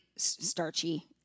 Starchy